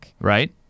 Right